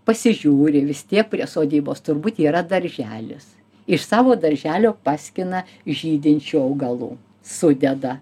pasižiūri vis tiek prie sodybos turbūt yra darželis iš savo darželio paskina žydinčių augalų sudeda